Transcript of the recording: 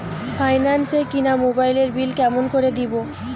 Finance এ কিনা মোবাইলের বিল কেমন করে দিবো?